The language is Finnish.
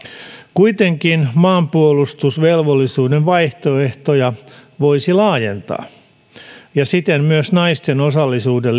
kuitenkin maanpuolustusvelvollisuuden vaihtoehtoja voisi laajentaa ja siten myös lisätä naisten osallisuutta